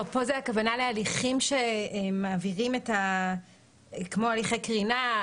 פה הכוונה להליכים שמעבירים כמו הליכי קרינה,